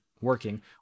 working